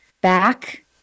back